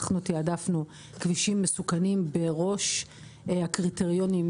אנחנו תעדפנו כבישים מסוכנים בראש הקריטריונים